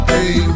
Hey